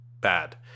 bad